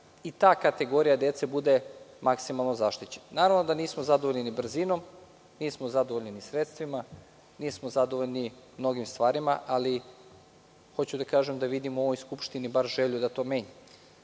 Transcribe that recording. i ta kategorija dece bude maksimalno zaštićena. Naravno, nismo zadovoljni brzinom, nismo zadovoljni ni sredstvima, ni mnogim stvarima, ali hoću da kažem da vidim u ovoj Skupštini bar želju da to menjam.